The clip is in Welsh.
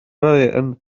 arian